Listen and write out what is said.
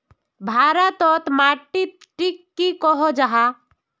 भारत तोत माटित टिक की कोहो जाहा?